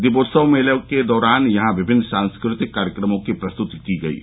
दीपोत्सव मेले के दौरान यहां विभिन्न सांस्कृतिक कार्यक्रम प्रस्तुति की गयीं